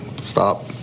stop